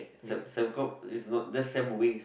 Sem~ Sembcorp is not that's Sembwaste